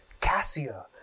cassia